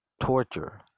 Torture